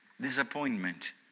Disappointment